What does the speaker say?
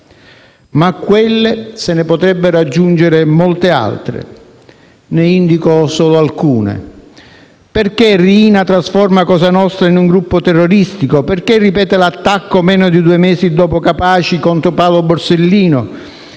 ma a quelle se ne potrebbero aggiungere molte altre. Ne indico solo alcune: perché Riina trasforma cosa nostra in un gruppo terroristico? Perché ripete l'attacco meno di due mesi dopo Capaci, contro Paolo Borsellino?